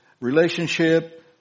relationship